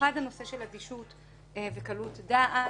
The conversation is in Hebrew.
במיוחד הנושא של אדישות וקלות דעת.